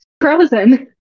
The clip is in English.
frozen